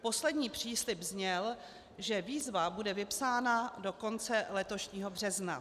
Poslední příslib zněl, že výzva bude vypsána do konce letošního března.